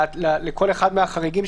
יכול מאוד להיות שאם הממשלה